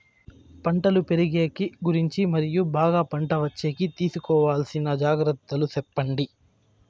పంటలు పెరిగేకి గురించి మరియు బాగా పంట వచ్చేకి తీసుకోవాల్సిన జాగ్రత్త లు సెప్పండి?